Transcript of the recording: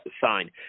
sign